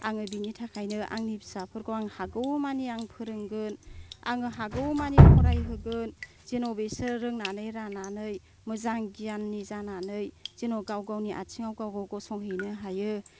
आङो बेनि थाखायनो आंनि फिसाफोरखौ हागौमानि फोरोंगोन आं हागौमानि फरायहोगोन जेन' बिसोरो रोंनानै रानानै मोजां गियाननि जानानै जेन' गाव गावनि आथिंआव गाव गाव गसंहैनो हायो